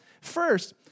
first